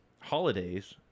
holidays